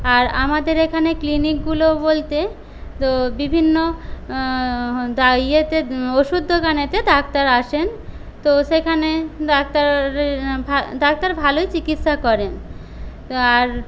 আর আমাদের এখানে ক্লিনিকগুলো বলতে বিভিন্ন ইয়েতে ওষুধ দোকানেতে ডাক্তার আসেন তো সেখানে ডাক্তার ডাক্তার ভালোই চিকিৎসা করেন আর